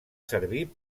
servir